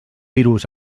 virus